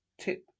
tip